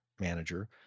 manager